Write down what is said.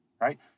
right